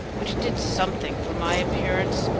which did something for my appearance.